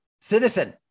citizen